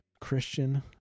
Christian